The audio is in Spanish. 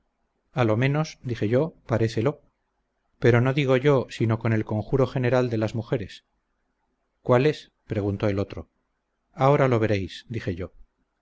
a lo menos dije yo parécelo pero no digo yo sino con el conjuro general de las mujeres cuál es preguntó el otro ahora lo veréis dije yo